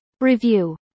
Review